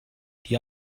die